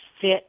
fit